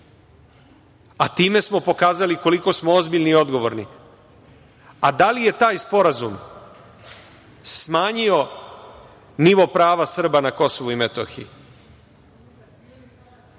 Time smo pokazali koliko smo ozbiljni i odgovorni. Da li je taj Sporazum smanjio nivo prava Srba na KiM?